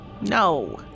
No